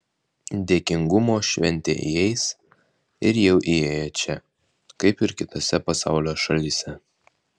dėkingumo šventė įeis ir jau įėjo čia kaip ir kitose pasaulio šalyse